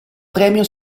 premio